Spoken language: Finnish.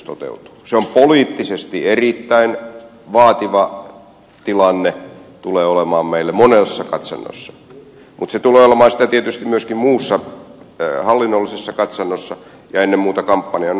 se on poliittisesti erittäin vaativa tilanne tulee olemaan meille monessa katsannossa mutta se tulee olemaan sitä tietysti myöskin muussa hallinnollisessa katsannossa ja ennen muuta kampanjan onnistuneisuutta ajatellen